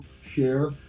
share